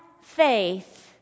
faith